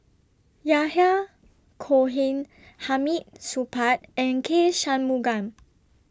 Yahya Cohen Hamid Supaat and K Shanmugam